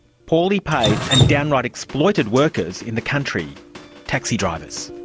poorly paid and downright exploited workers in the country taxi drivers.